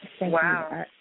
Wow